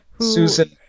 Susan